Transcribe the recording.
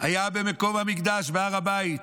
הייתה במקום המקדש בהר הבית,